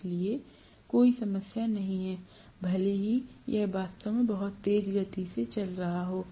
इसलिए कोई समस्या नहीं है भले ही यह वास्तव में बहुत तेज गति से चल रहा हो